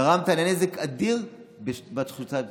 גרמת נזק אדיר בתחושת הציבור.